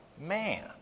man